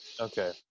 Okay